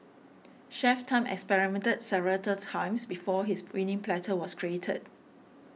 Chef Tan experimented several times before his winning platter was created